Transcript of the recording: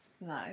No